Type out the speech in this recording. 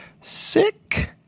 sick